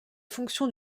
fonctions